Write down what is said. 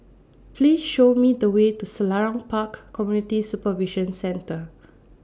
Please Show Me The Way to Selarang Park Community Supervision Centre